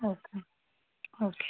okay okay